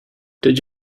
did